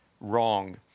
wrong